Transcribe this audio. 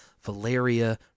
Valeria